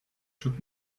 should